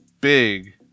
big